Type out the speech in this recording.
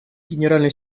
генеральный